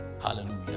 Hallelujah